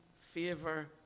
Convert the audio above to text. favor